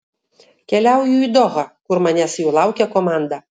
keliauju į dohą kur manęs jau laukia komanda